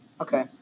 Okay